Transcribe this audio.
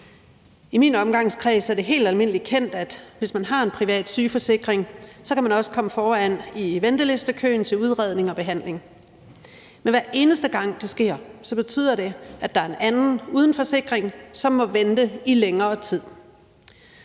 I min omgangskreds er det helt almindeligt kendt, at hvis man har en privat sygeforsikring, kan man også komme foran i ventelistekøen til udredning og behandling. Men hver eneste gang det sker, betyder det, at der er en anden uden forsikring, som må vente i længere tid.